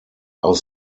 aus